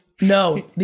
no